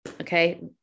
Okay